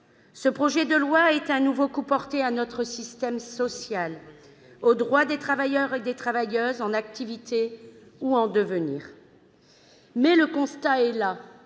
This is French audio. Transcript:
Ce projet de loi est un nouveau coup porté à notre système social, aux droits des travailleurs et des travailleuses, en activité ou en devenir. Or le constat est là